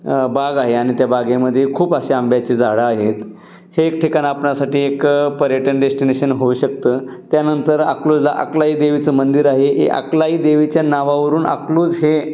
बाग आहे आणि त्या बागेमध्ये खूप असे आंब्याची झाडं आहेत हे एक ठिकाण आपणासाठी एक पर्यटन डेस्टिनेशन होऊ शकतं त्यानंतर अकलूजला अकलाई देवीचं मंदिर आहे ए अकलाई देवीच्या नावावरून अकलूज हे